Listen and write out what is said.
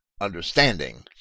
understanding